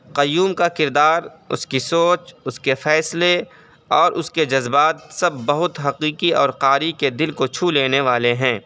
قیوم کا کردار اس کی سوچ اس کے فیصلے اور اس کے جذبات سب بہت حقیقی اور قاری کے دل کو چھو لینے والے ہیں